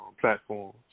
platforms